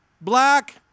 black